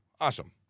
awesome